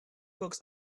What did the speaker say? books